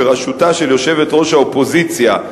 בראשותה של יושבת-ראש האופוזיציה,